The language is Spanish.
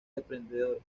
depredadores